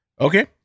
Okay